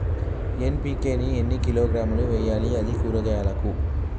NPK ని ఎన్ని కిలోగ్రాములు వెయ్యాలి? అది కూరగాయలకు?